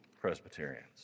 Presbyterians